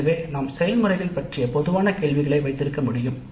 எனவே நாம் செயல்முறைகள் பற்றிய பொதுவான கேள்விகளை வைத்திருக்க முடியும்